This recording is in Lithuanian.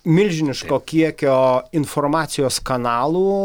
milžiniško kiekio informacijos kanalų